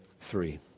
three